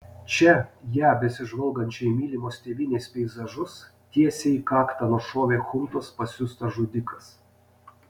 čia ją besižvalgančią į mylimos tėvynės peizažus tiesiai į kaktą nušovė chuntos pasiųstas žudikas